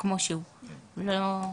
הצבעה הצו אושר כמובן שאין חברים.